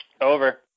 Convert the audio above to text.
Over